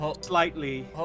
slightly